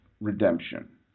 redemption